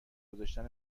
گذاشتن